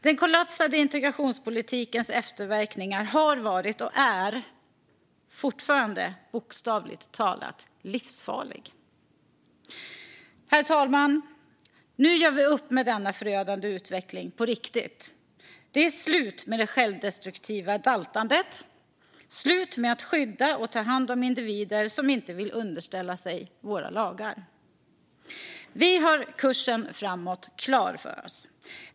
Den kollapsade integrationspolitikens efterverkningar har varit och är fortfarande bokstavligt talat livsfarlig. Herr talman! Nu gör vi upp med denna förödande utveckling på riktigt. Det är slut med det självdestruktiva daltandet, och det är slut med att skydda och ta hand om individer som inte vill underställa sig våra lagar. Vi har kursen framåt klar för oss.